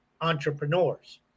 entrepreneurs